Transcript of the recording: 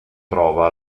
trova